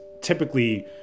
typically